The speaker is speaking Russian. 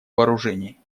вооружений